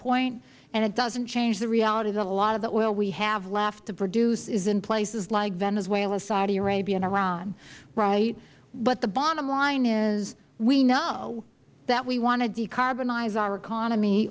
point and it doesn't change the reality that a lot of the oil we have left to produce is in places like venezuela saudi arabia and iran right but the bottom line is we know that we want to decarbonize our economy